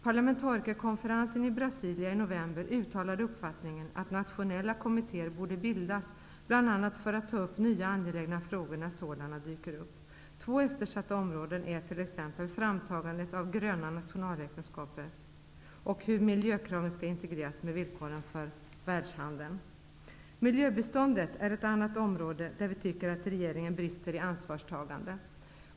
Parlamentarikerkonferensen i Brasilia i november uttalade uppfattningen att nationella kommittéer borde bildas bl.a. för att ta upp nya angelägna frågor när sådana dyker upp. Två eftersatta områden är t.ex. framtagandet av gröna nationalräkenskaper och hur miljökraven skall integreras med villkoren för världshandeln. Miljöbiståndet är ett annat område där vi tycker att regeringen brister i ansvarstagande.